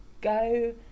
Go